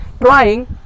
trying